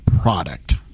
product